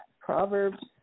Proverbs